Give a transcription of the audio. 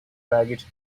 baggage